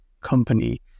company